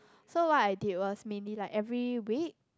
so what I did was mainly like every week